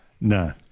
No